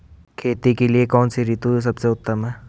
खेती के लिए कौन सी ऋतु सबसे उत्तम है?